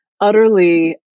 utterly